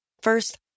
First